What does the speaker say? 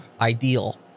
ideal